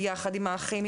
האחים,